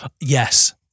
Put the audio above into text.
yes